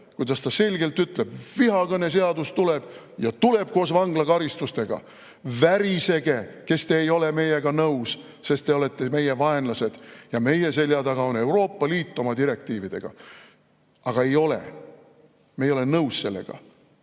kuidas ta selgelt ütleb: "Vihakõneseadus tuleb ja tuleb koos vanglakaristustega." Värisege, kes te ei ole meiega nõus, sest te olete meie vaenlased ja meie selja taga on Euroopa Liit oma direktiividega! Aga ei ole, meie ei ole sellega